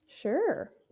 Sure